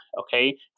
okay